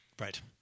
Right